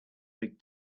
big